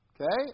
Okay